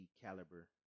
caliber